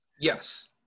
Yes